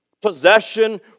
possession